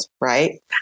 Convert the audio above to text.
Right